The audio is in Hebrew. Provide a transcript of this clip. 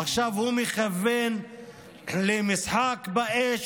עכשיו הוא מכוון למשחק באש,